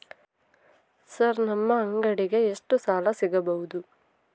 Sir ನಮ್ಮ ಅಂಗಡಿಗೆ ಎಷ್ಟು ಸಾಲ ಸಿಗಬಹುದು?